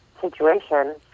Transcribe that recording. situation